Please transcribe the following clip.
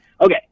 Okay